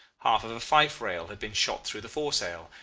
half of a fife-rail had been shot through the foresail,